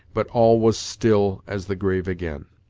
but all was still as the grave again.